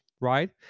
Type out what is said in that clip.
right